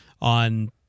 on